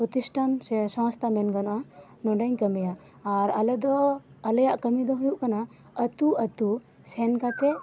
ᱯᱨᱚᱛᱤᱥᱴᱟᱱ ᱥᱮ ᱥᱚᱥᱛᱷᱟ ᱢᱮᱱ ᱜᱟᱱᱚᱜᱼᱟ ᱱᱚᱰᱮᱧ ᱠᱟᱹᱢᱤᱭᱟ ᱟᱨ ᱟᱞᱮ ᱫᱚ ᱟᱞᱮᱭᱟᱜ ᱠᱟᱹᱢᱤ ᱫᱚ ᱦᱩᱭᱩᱜ ᱠᱟᱱᱟ ᱟᱹᱛᱩ ᱟᱹᱛᱩ ᱥᱮᱱ ᱠᱟᱛᱮ